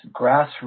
grassroots